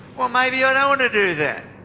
well, maybe i don't want to do that.